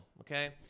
Okay